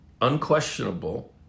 unquestionable